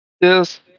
Yes